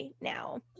now